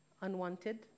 unwanted